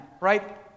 right